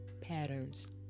patterns